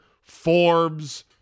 Forbes